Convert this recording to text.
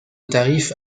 tarif